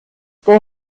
der